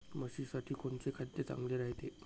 म्हशीसाठी कोनचे खाद्य चांगलं रायते?